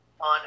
on